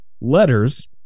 Letters